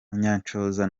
munyanshoza